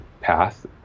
path